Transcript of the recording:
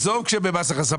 עזוב במס הכנסה,